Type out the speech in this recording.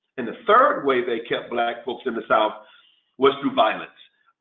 and the third way they kept black folks in the south was through violence.